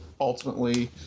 ultimately